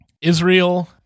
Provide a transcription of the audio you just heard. Israel